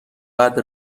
بعد